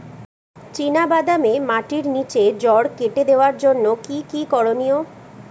চিনা বাদামে মাটির নিচে জড় কেটে দেওয়ার জন্য কি কী করনীয়?